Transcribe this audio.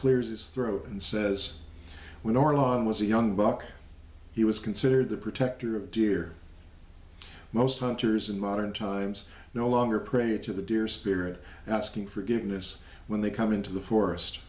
clears his throat and says when our lawyer was a young buck he was considered the protector of deer most hunters in modern times no longer pray to the deer spirit asking forgiveness when they come into the forest